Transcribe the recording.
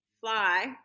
fly